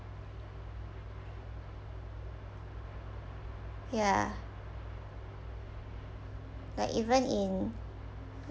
ya like even in